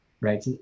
right